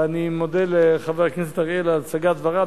ואני מודה לחבר הכנסת אריאל על הצגת דבריו,